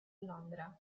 londra